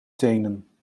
tenen